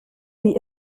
wie